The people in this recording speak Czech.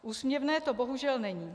Úsměvné to bohužel není.